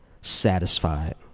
satisfied